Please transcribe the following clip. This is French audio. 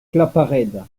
claparède